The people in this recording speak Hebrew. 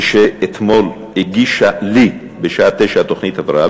ושאתמול הגישה לי בשעה 09:00 תוכנית הבראה,